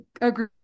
agree